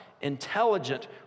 intelligent